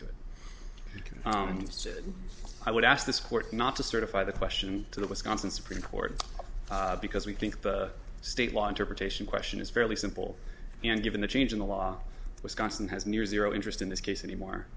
said i would ask this court not to certify the question to the wisconsin supreme court because we think the state law interpretation question is fairly simple and given the change in the law wisconsin has near zero interest in this case anymore